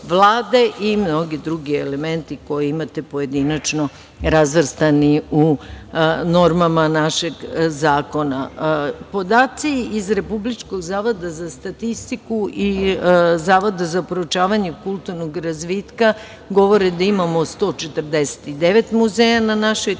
i mnogi drugi elementi koje imate pojedinačno razvrstani u normama našeg zakona. Podaci iz Republičkog zavoda za statistiku i Zavoda za proučavanje kulturnog razvitka govore da imamo 149 muzeja na našoj teritoriji.